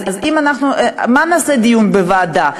אז על מה נעשה דיון בוועדה?